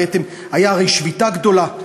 הייתה הרי שביתה גדולה.